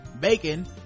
Bacon